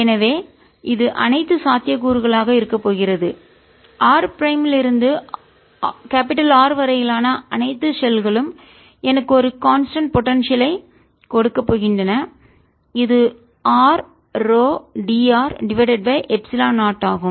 எனவே இது அனைத்து சாத்தியக்கூறுகளாக இருக்கப் போகிறது r பிரைம் லிருந்து R வரையிலான அனைத்து ஷெல்களும் எனக்கு ஒரு கான்ஸ்டன்ட் போடன்சியல் ஐ நிலையான ஆற்றல் கொடுக்க போகின்றன இது r ρ dr divided by epsilon 0 ஆகும்